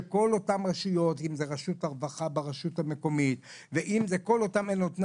שכל אותן רשויות אם זה רשות הרווחה ברשות המקומית וכל נותני